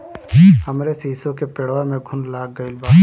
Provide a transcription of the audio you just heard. हमरे शीसो के पेड़वा में घुन लाग गइल बा